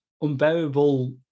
unbearable